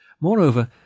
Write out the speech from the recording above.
Moreover